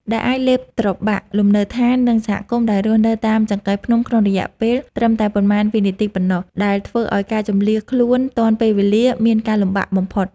ដែលអាចលេបត្របាក់លំនៅដ្ឋាន និងសហគមន៍ដែលរស់នៅតាមចង្កេះភ្នំក្នុងរយៈពេលត្រឹមតែប៉ុន្មានវិនាទីប៉ុណ្ណោះ ដែលធ្វើឱ្យការជម្លៀសខ្លួនទាន់ពេលវេលាមានការលំបាកបំផុត។